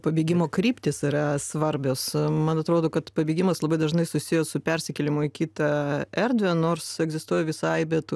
pabėgimo kryptys yra svarbios man atrodo kad pabėgimas labai dažnai susijęs su persikėlimu į kitą erdvę nors egzistuoja visai bet